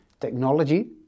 technology